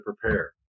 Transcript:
prepare